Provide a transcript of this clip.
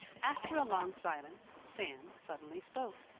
after a long silence sam suddenly spoke.